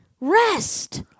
rest